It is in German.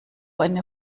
eine